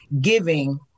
giving